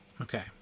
Okay